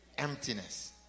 emptiness